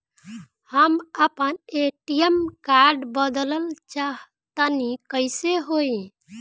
हम आपन ATM card बदलल चाह तनि कइसे होई?